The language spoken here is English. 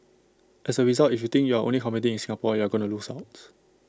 as A result if you think you're only competing in Singapore you're going to lose out